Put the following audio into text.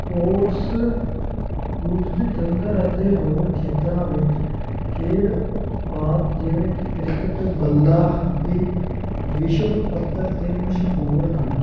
sports goods Jalandhar ਅਤੇ ਹੋਰ ਖੇਤਰਾਂ ਵਿੱਚ ਖੇਡ ਉਤਪਾਤ ਜਿਵੇਂ ਕਿ ਕ੍ਰਿਕਟ ਬੱਲਾ ਹਾਕੀ ਵਿਸ਼ਵ ਪੱਧਰ 'ਤੇ ਮਸ਼ਹੂਰ ਹਨ